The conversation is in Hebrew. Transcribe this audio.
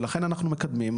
ולכן אנחנו מקדמים.